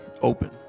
Open